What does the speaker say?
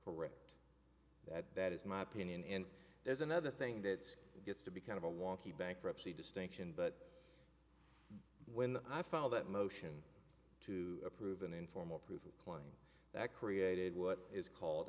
correct that that is my opinion and there's another thing that gets to be kind of a wonky bankruptcy distinction but when i found that motion to approve an informal proof of claim that created what is called